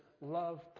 love